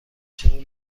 چرا